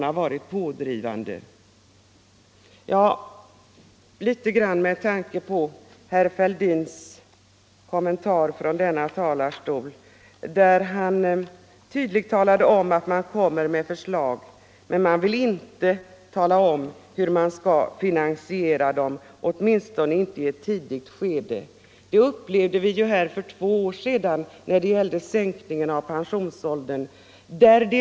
Herr Fälldin nämnde att centerpartiet kommer med förslag, men han ville inte tala om hur man skall finansiera dem, åtminstone inte i ett tidigt skede. Vi fick uppleva detta också för två år sedan när en sänkning av pensionsåldern diskuterades.